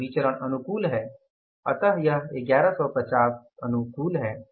यह विचरण अनुकूल है अतः यह 1150 अनुकूल है